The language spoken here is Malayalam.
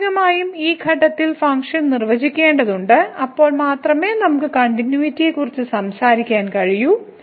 സ്വാഭാവികമായും ഈ ഘട്ടത്തിൽ ഫംഗ്ഷൻ നിർവചിക്കേണ്ടതുണ്ട് അപ്പോൾ മാത്രമേ നമുക്ക് കണ്ടിന്യൂയിറ്റിയെക്കുറിച്ച് സംസാരിക്കാൻ കഴിയൂ